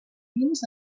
pins